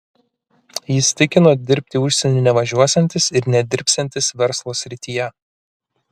jis tikino dirbti į užsienį nevažiuosiantis ir nedirbsiantis verslo srityje